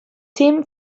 team